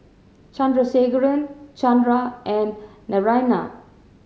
Chandrasekaran Chandra and Naraina